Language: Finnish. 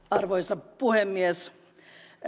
arvoisa puhemies